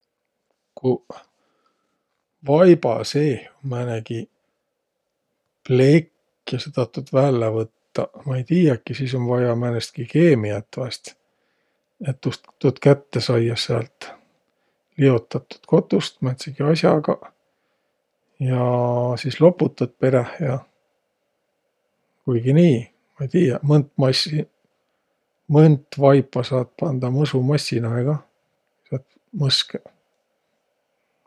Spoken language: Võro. Kuq vaiba seeh um määnegiq plekk ja sa tahat tuud vällä võttaq. Ma ei tiiäki, sis um vaia määnestki keemiät vaest, et tuud kätte saiaq säält. Liotat tuud kotust määntsegi as'agaq ja sis loputat peräh ja. Kuigi nii. Ma ei tiiäq, mõnt mass-, mõnt vaipa saat pandaq mõsumassinahe kah, saat mõskõq.